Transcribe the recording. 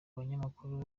banyamakuru